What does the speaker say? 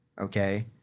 okay